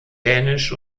dänisch